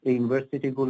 university